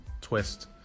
twist